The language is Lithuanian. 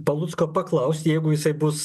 palucko paklaust jeigu jisai bus